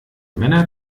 männer